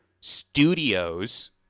studios